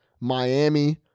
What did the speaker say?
Miami